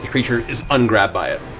creature is un-grabbed by it.